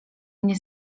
mnie